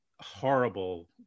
horrible